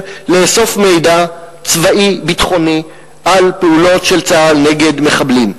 לאסוף מידע צבאי ביטחוני על פעולות צה"ל נגד מחבלים.